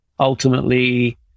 Ultimately